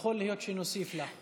יכול להיות שנוסיף לך.